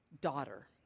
daughter